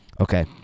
Okay